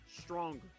stronger